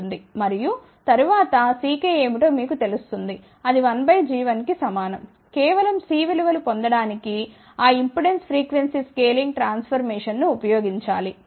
మరియు తర్వాత Ckఏమిటో మీకు తెలుస్తుంది అది 1 బై g1 కి సమానం కేవలం C విలువ లు పొందటానికి ఆ ఇంపిడెన్స్ ఫ్రీక్వెన్సీ స్కేలింగ్ ట్రాన్ఫర్మేషన్ను ఉపయోగించాలి